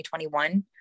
2021